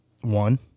one